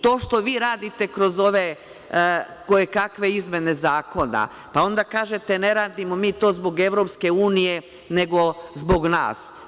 To što vi radite kroz ove kojekakve izmene zakona, pa onda kažete ne radimo mi to zbog EU, nego zbog nas.